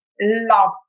love